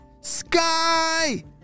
Sky